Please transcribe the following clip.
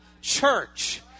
church